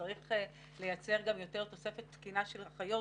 שצריך לייצר יותר תוספת תקינה של אחיות